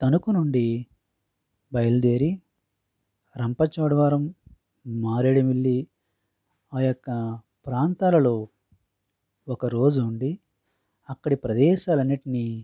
తణుకు నుండి బయలుదేరి రంపచోడవరం మారేడుమిల్లి ఆ యొక్క ప్రాంతాలలో ఒకరోజు ఉండి అక్కడ ప్రదేశాలన్నింటినీ